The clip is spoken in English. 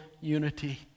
unity